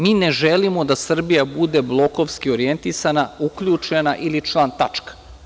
Mi ne želimo da Srbija bude blokovski orijentisana, uključena ili član, tačka.